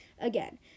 Again